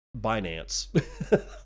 Binance